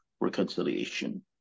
reconciliation